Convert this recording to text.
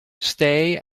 stay